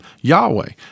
Yahweh